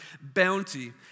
bounty